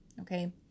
Okay